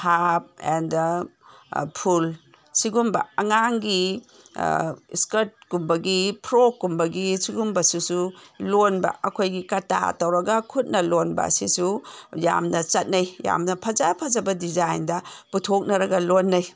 half ꯑꯦꯟ ꯗ ꯐꯨꯜꯁꯤꯒꯨꯝꯕ ꯑꯉꯥꯡꯒꯤ ꯏꯁꯀ꯭ꯔꯠꯀꯨꯝꯕꯒꯤ ꯐ꯭ꯔꯣꯛꯀꯨꯝꯕꯒꯤ ꯁꯤꯒꯨꯝꯕꯁꯤꯁꯨ ꯂꯣꯟꯕ ꯑꯩꯈꯣꯏꯒꯤ ꯀꯇꯥ ꯇꯧꯔꯒ ꯈꯨꯠꯅ ꯂꯣꯟꯕ ꯑꯁꯤꯁꯨ ꯌꯥꯝꯅ ꯆꯠꯅꯩ ꯌꯥꯝꯅ ꯐꯖ ꯐꯖꯕ ꯗꯤꯖꯥꯏꯟꯗ ꯄꯨꯊꯣꯛꯅꯔꯒ ꯂꯣꯅꯅꯩ